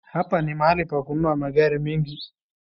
Hapa ni mahali pa kununua magari mengi